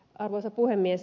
arvoisa puhemies